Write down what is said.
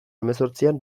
hemezortzian